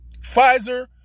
Pfizer